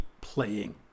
playing